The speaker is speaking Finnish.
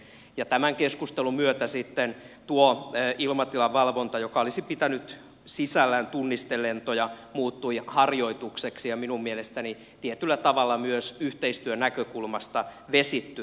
ja tämän keskustelun myötä sitten tuo ilmatilan valvonta joka olisi pitänyt sisällään tunnistelentoja muuttui harjoitukseksi ja minun mielestäni tietyllä tavalla myös yhteistyönäkökulmasta vesittyi